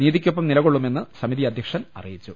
നീതിക്കൊപ്പം നിലകൊള്ളുമെന്ന് സമിതി അധ്യക്ഷൻ അറിയിച്ചു